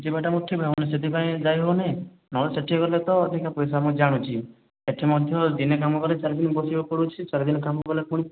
ଯିବାଟା ମୋ'ର ଠିକ ହେବନି ସେଥିପାଇଁ ଯାଇ ହେବନି ନହେଲେ ସେ'ଠି ଗଲେ ତ ଅଧିକ ପଇସା ମୁଁ ଜାଣୁଛି ଏ'ଠି ମଧ୍ୟ ଦିନେ କାମ କଲେ ଚାରି ଦିନି ବସିବାକୁ ପଡ଼ୁଛି ଚାରି ଦିନି କାମ କଲେ ପୁଣି